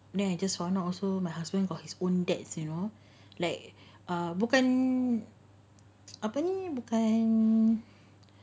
then I just found out also my husband have his own debts you know like err bukan apa ni bukan